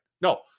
No